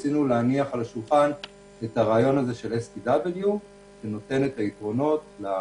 רצינו להניח על השולחן את הרעיון הזה של STW שנותן את היתרונות למעסיק,